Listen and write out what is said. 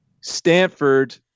Stanford